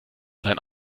sein